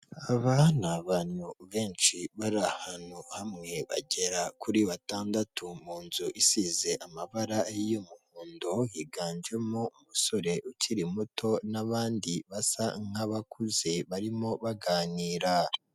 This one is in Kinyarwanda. Aba ni abantu benshi bari ahantu hamwe, bagera kuri batandatu, mu nzu isize amabara y'umuhondo, higanjemo umusore ukiri muto n'abandi basa nk'abakuze, barimo baganira.